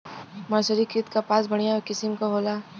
मर्सरीकृत कपास बढ़िया किसिम क होला